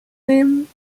nehmen